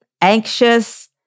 anxious